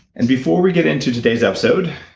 and before we get into today's episode,